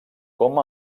com